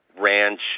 ranch